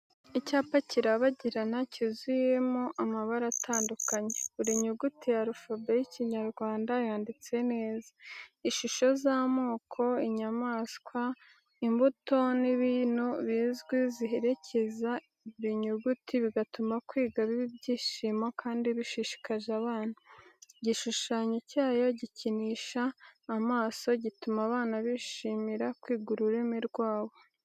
Icyapa kirabagirana cyuzuyemo amabara atandukanye, buri nyuguti ya arufabeti y’Ikinyarwanda yanditse neza. Ishusho z’amoko, inyamaswa, imbuto n’ibintu bizwi ziherekeza buri nyuguti, bigatuma kwiga biba ibyishimo kandi bishishikaje abana. Igishushanyo cyayo gikinisha amaso, gituma abana bishimira kwiga ururimi rwabo.